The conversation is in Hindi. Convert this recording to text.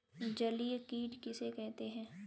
जलीय कीट किसे कहते हैं?